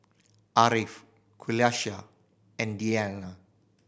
Ariff Qalisha and Dian